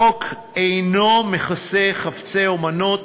החוק אינו מכסה חפצי אמנות,